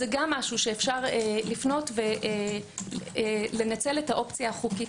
זה גם משהו שאפשר לפנות ולנצל את האופציה החוקית